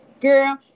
girl